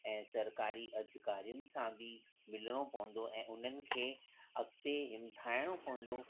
ऐं सरकारी अधिकारियुनि सां बि मिलणो पवंदो ऐं उन्हनि खे अॻिते हिमथाइणो पवंदो